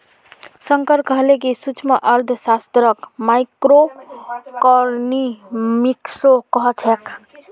शंकर कहले कि सूक्ष्मअर्थशास्त्रक माइक्रोइकॉनॉमिक्सो कह छेक